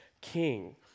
king